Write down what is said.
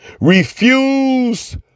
Refuse